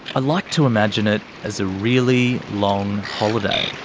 i like to imagine it as a really long holiday.